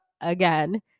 again